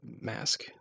mask